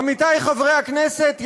עמיתי חברי הכנסת,